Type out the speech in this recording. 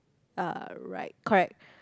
uh right correct